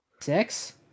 Six